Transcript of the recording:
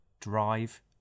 drive